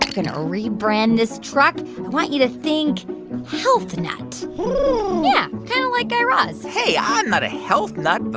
going to rebrand this truck. i want you to think health nut yeah, kind of like guy raz hey, i'm not a health nut.